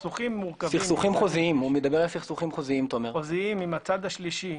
שסכסוכים חוזיים עם הצד השלישי,